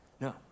No